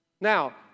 Now